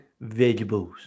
vegetables